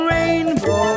Rainbow